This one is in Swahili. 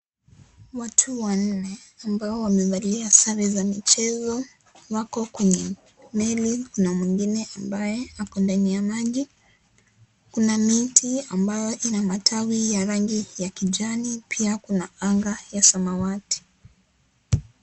Watu wanne ambao wamevalia sare za michezo, wako kwenye meli kuna mwingine ambaye ako ndani ya maji, kuna miti ambayo ina matawi ya rangi ya kijani pia kuna anga ya samawati.